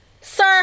Sir